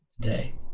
today